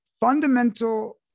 fundamental